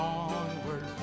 onward